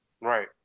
Right